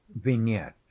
vignette